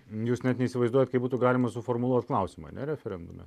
jūs net neįsivaizduojat kaip būtų galima suformuluot klausimą ar ne referendume